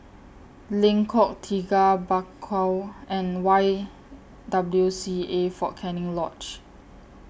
Lengkok Tiga Bakau and Y W C A Fort Canning Lodge